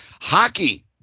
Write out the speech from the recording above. hockey